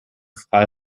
frei